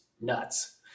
nuts